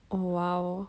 oh !wow!